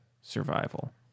survival